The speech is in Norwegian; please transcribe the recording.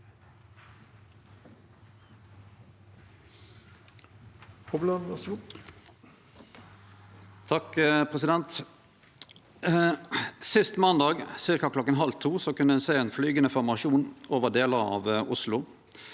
Sist måndag ca. klokka halv to kunne ein sjå ein flygande formasjon over delar av Oslo.